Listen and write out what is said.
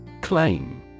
Claim